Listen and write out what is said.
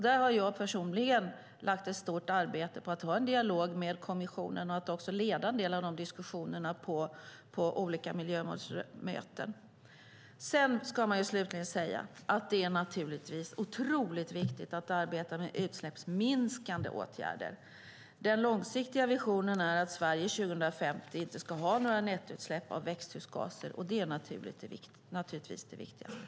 Där har jag personligen lagt ett stort arbete på att ha en dialog med kommissionen och på att leda en del av de diskussionerna på olika miljömålsmöten. Slutligen ska man också säga att det är otroligt viktigt att arbeta med utsläppsminskande åtgärder. Den långsiktiga visionen är att Sverige år 2050 inte ska ha några nettoutsläpp av växthusgaser. Det är naturligtvis det viktigaste.